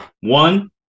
One